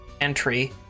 entry